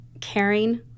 caring